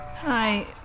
Hi